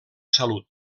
salut